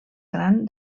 gran